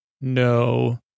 No